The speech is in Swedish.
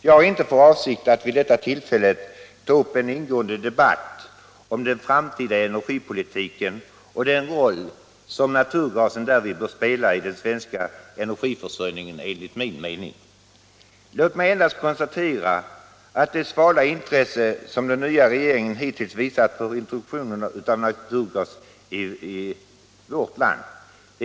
Jag har inte för avsikt att vid detta tillfälle ta upp en ingående debatt om den framtida energipolitiken och om den roll som naturgasen enligt min mening bör spela i den svenska energiförsörjningen. Låt mig endast konstatera det svala intresse som regeringen hittills visat för introduktion av naturgas i vårt land.